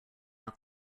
out